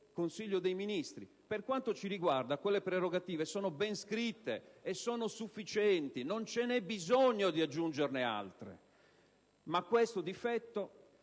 Consiglio dei ministri. Per quanto ci riguarda quelle prerogative sono ben scritte e sono sufficienti. Non vi è bisogno di aggiungerne altre. Ma questo difetto